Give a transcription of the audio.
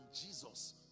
Jesus